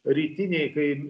rytiniai kai